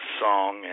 song